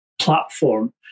platform